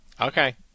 Okay